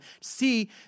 see